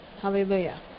Hallelujah